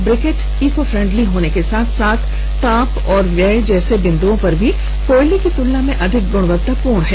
briquette eco friendly होने के साथ साथ ताप एवं व्यय जैसे बिंदुओं पर भी कोयला की तुलना अधिक गुणवत्तापूर्ण है